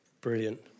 Brilliant